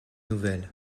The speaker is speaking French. nouvelles